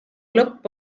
lõpp